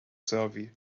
survey